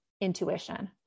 intuition